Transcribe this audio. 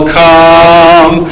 come